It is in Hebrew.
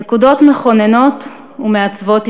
נקודות מכוננות ומעצבות אישיות.